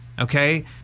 Okay